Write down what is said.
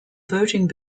voting